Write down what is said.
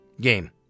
Game